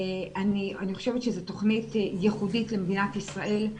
אני חושבת שזו תוכנית ייחודית למדינת ישראל.